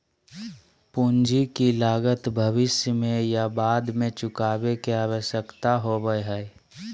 पूंजी की लागत भविष्य में या बाद में चुकावे के आवश्यकता होबय हइ